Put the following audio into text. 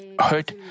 hurt